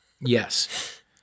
Yes